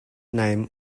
name